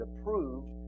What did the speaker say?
approved